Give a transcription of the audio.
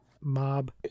mob